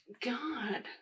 God